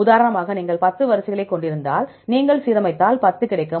உதாரணமாக நீங்கள் 10 வரிசைகளைக் கொண்டிருந்தால் நீங்கள் சீரமைத்தால் 10 கிடைக்கும்